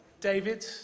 David